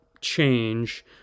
change